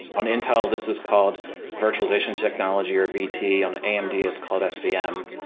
on intel, this is called virtualization technology or vt. on amd, it's called svm,